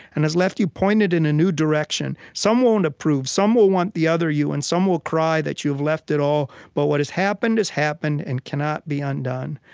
and has left you pointed in a new direction. some won't approve. some will want the other you. and some will cry that you've left it all. but what has happened has happened, and cannot be undone.